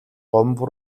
гомбо